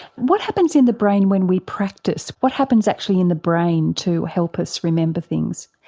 what happens in the brain when we practise? what happens actually in the brain to help us remember things?